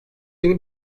yeni